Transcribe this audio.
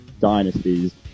dynasties